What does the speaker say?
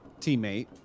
teammate